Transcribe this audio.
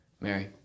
Mary